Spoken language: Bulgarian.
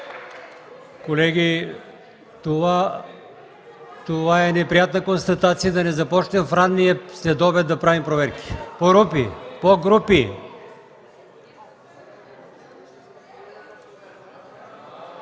Колеги, това е неприятна констатация, да не започнем в ранния следобед да правим проверки. (Шум и